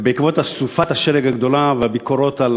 בעקבות סופת השלג הגדולה והביקורות על